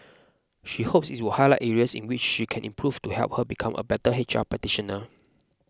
she hopes it would highlight areas in which she can improve to help her become a better H R practitioner